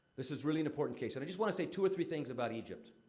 this is really an important case, and i just want to say two or three things about egypt.